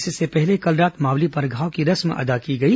इससे पहले कल रात मावली परघाव की रस्म अदा की गई